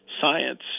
science